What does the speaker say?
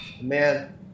Man